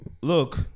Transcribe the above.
Look